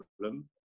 problems